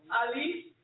Ali